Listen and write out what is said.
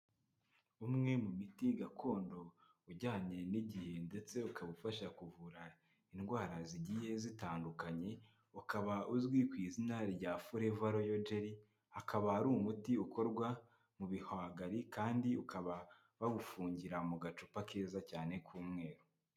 Umwe mu miti gakondo ujyanye n'igihe ndetse ukaba ufasha kuvura indwara zigiye zitandukanye ukaba, uzwi ku izina rya Foreva royo jeri, akaba ari umuti ukorwa mu bihwagari kandi ukaba bawufungira mu gacupa keza cyane k'umweru.